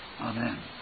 Amen